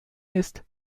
ist